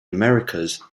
americas